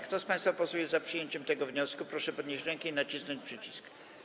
Kto z państwa posłów jest za przyjęciem tego wniosku, proszę podnieść rękę i nacisnąć przycisk.